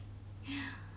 yea